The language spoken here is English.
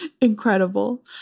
incredible